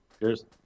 Cheers